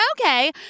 okay